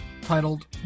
titled